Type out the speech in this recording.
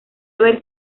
haber